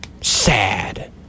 sad